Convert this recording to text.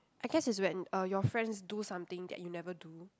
I guess it's when uh your friends do something that you never do